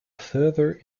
further